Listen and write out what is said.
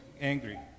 angry